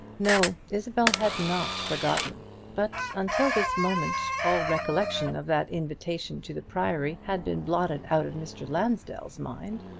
no, isabel had not forgotten but until this moment all recollection of that invitation to the priory had been blotted out of mr. lansdell's mind.